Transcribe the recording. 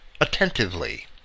attentively